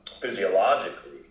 physiologically